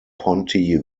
ponte